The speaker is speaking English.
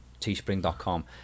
teespring.com